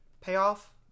payoff